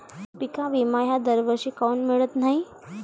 पिका विमा हा दरवर्षी काऊन मिळत न्हाई?